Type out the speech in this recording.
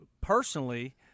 personally